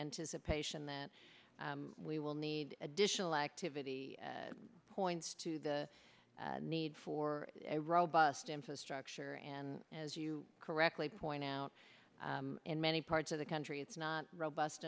anticipation that we will need additional activity points to the need for a robust infrastructure and as you correctly point out in many parts of the country it's not robust